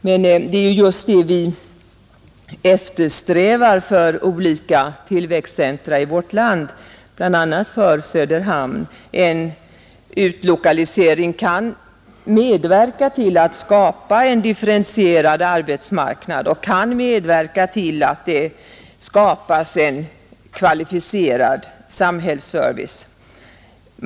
Men det är just det vi eftersträvar för olika tillväxtcentra i vårt land, bl.a. för Söderhamn, En utlokalisering kan medverka till att skapa en differentierad arbetsmarknad och en kvalificerad samhällsservice.